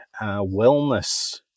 wellness